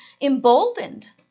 emboldened